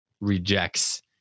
rejects